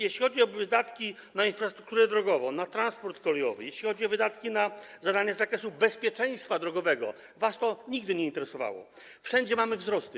Jeśli chodzi o wydatki na infrastrukturę drogową, na transport kolejowy, jeśli chodzi o wydatki na zadania z zakresu bezpieczeństwa drogowego - was to nigdy nie interesowało - wszędzie mamy wzrosty.